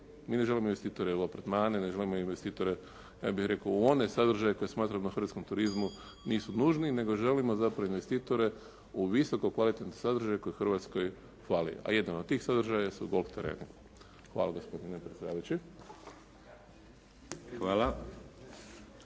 Mi ne želimo investitore u apartmane, ne želimo investitore ja bih rekao u one sadržaje koje smatramo da hrvatskom turizmu nisu nužni nego želimo zapravo investitore u visokom kvalitetnom sadržaju koji Hrvatskoj fali, a jedan od tih sadržaja su golf tereni. Hvala gospodine predsjedavajući.